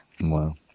Wow